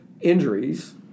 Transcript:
injuries